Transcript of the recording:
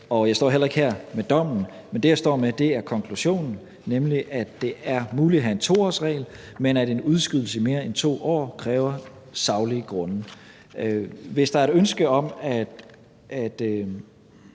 jeg står heller ikke her med dommen, men det, jeg står med, er konklusionen, nemlig at det er muligt at have en 2-årsregel, men at en udskydelse i mere end 2 år kræver saglige grunde. Hvis der er et ønske om at